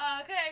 okay